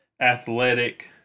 athletic